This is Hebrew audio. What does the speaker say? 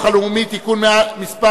(מס'